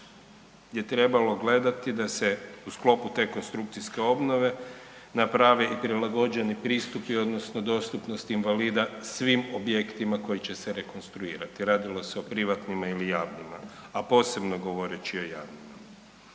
je trebalo gledati da se u sklopu te konstrukcijske obnove naprave i prilagođeni pristupi odnosno dostupnost invalida svim objektima koji će se rekonstruirati, radilo se o privatnima, ili javnima, a posebno govoreći o javnima.